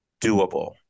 doable